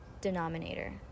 denominator